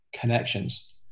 connections